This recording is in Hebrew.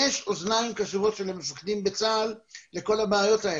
יש אזנים קשובות של המפקדים בצה"ל לכל הבעיות האלה.